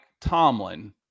Tomlin